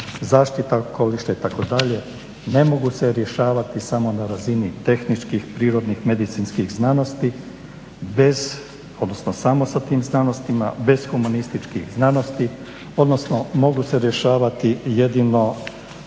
zaštita … itd. ne mogu se rješavati samo na razini tehničkih, prirodnih, medicinskih znanosti odnosno samo sa tim znanostima bez humanističkih znanosti odnosno mogu se rješavati jedino